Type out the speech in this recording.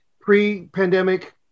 Pre-pandemic